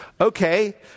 Okay